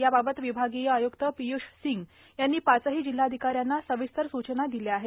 याबाबत विभागीय आय्क्त पिय्ष सिंह यांनी पाचही जिल्हाधिकाऱ्यांना सविस्तर सूचना दिल्या आहेत